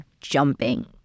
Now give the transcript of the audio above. jumping